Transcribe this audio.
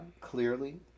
Clearly